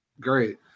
great